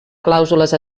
clàusules